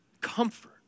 comfort